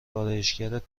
آرایشگرت